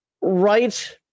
Right